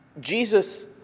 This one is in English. Jesus